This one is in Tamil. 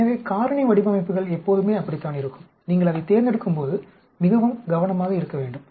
எனவே காரணி வடிவமைப்புகள் எப்போதுமே அப்படித்தான் இருக்கும் நீங்கள் அதைத் தேர்ந்தெடுக்கும்போது மிகவும் கவனமாக இருக்க வேண்டும்